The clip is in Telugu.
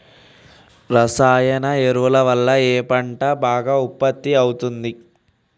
రసాయన ఎరువుల వల్ల ఏ పంట బాగా ఉత్పత్తి అయితది?